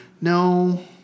No